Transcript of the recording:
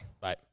Bye